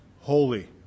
holy